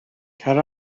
cer